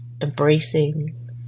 embracing